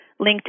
LinkedIn